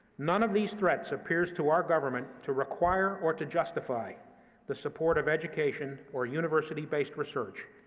none of these threats appears to our government to require or to justify the support of education or university-based research,